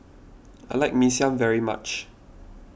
I like Mee Siam very much